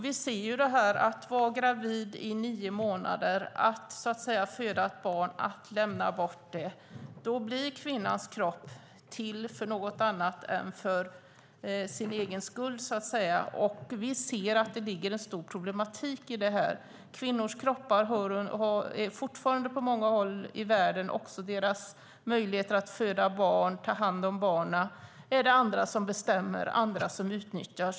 Vi ser att med detta att vara gravid i nio månader, att föda ett barn och att lämna bort det blir kvinnans kropp till för något annat än för sin egen skull. Vi ser att det ligger en stor problematik i det. Kvinnors kroppar är fortfarande på många håll i världen, och deras möjligheter att föda barn och ta hand om barnen, något som andra bestämmer över och utnyttjar.